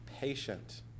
Patient